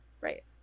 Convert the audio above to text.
Right